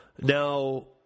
Now